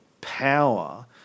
power